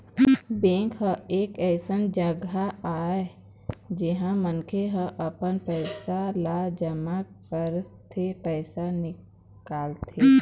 bank ह एक अइसन जघा आय जिहाँ मनखे ह अपन पइसा ल जमा करथे, पइसा निकालथे